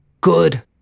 good